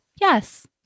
yes